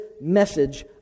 message